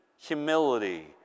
humility